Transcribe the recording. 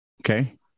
Okay